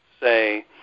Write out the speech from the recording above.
say